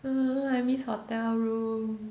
uh I miss hotel room